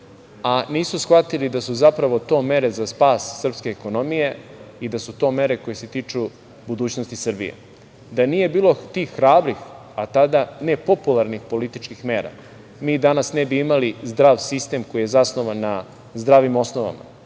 a nisu shvatili da su zapravo to mere za spas srpske ekonomije i da su to mere koje se tiču budućnosti Srbije. Da nije bilo tih hrabrih, a tada nepopularnih političkih mera, mi danas ne bi imali zdrav sistem koji je zasnovan na zdravim osnovama,